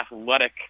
athletic